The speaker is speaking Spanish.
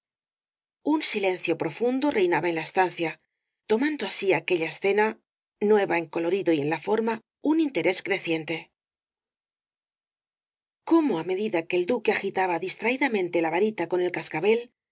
un silencio profundo reinaba en la estancia tomando así aquella escena nueva en el colorido y en la forma un interés creciente cómo á medida que el duque agitaba distraídamente la varita con el cascabel la